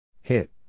Hit